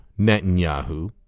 Netanyahu